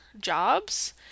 jobs